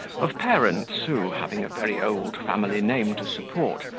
of parents who, having a very old family name to support,